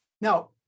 Now